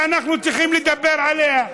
שאנחנו צריכים לדבר עליה,